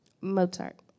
Mozart